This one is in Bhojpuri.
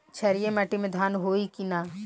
क्षारिय माटी में धान होई की न?